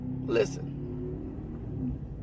listen